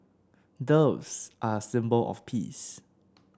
doves are a symbol of peace